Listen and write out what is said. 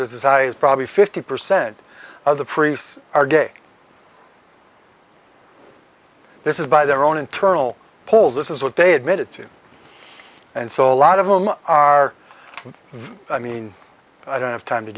i probably fifty percent of the priests are gay this is by their own internal polls this is what they admitted to and so a lot of them are i mean i don't have time to